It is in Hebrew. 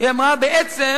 הממשלה